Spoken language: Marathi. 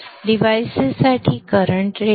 डिव्हाइसेससाठी करंट रेटिंग